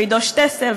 עדו שטסל,